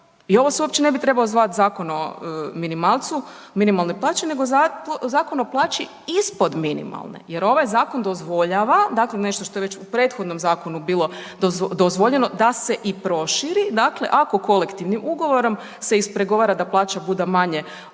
i ovo se uopće ne bi trebao zvat Zakon o minimalcu, minimalnoj plaći nego Zakon o plaći ispod minimalne jer ovaj zakon dozvoljava, dakle nešto što je već u prethodnom zakonu bilo dozvoljeno da se i proširi dakle ako kolektivnim ugovorom se ispregovara da plaća bude manja